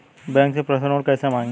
Bank से personal loan कैसे मांगें?